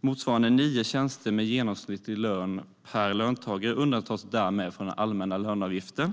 motsvarande nio tjänster med genomsnittlig lön per löntagare, undantas därmed från den allmänna löneavgiften.